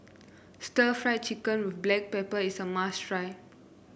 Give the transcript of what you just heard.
stir Fry Chicken with Black Pepper is a must try